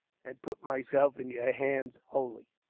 and put myself in your hands, wholly.